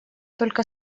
только